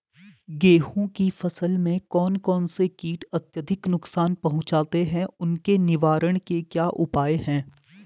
गेहूँ की फसल में कौन कौन से कीट अत्यधिक नुकसान पहुंचाते हैं उसके निवारण के क्या उपाय हैं?